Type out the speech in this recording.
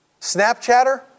Snapchatter